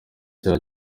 cya